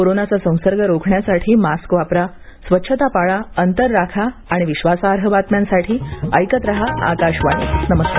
कोरोनाचा संसर्ग रोखण्यासाठी मास्क वापरा स्वच्छता पाळा अंतर राखा आणि विश्वासार्ह बातम्यांसाठी ऐकत रहा आकाशवाणी नमस्कार